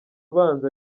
ubanza